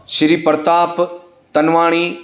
Shri Partap Tanwani